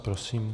Prosím.